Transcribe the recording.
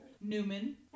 newman